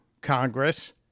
Congress